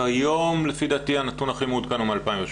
כיום לפי דעתי הנתון הכי מעודכן הוא מ-2017.